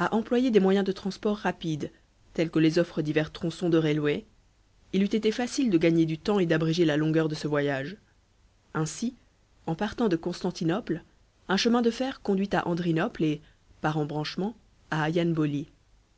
à employer des moyens de transport rapides tels que les offrent divers tronçons de railways il eût été facile de gagner du temps et d'abréger la longueur de ce voyage ainsi en partant de constantinople un chemin de fer conduit à andrinople et par embranchement à ianboli